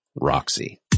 Roxy